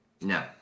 No